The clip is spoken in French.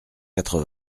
quatre